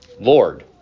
Lord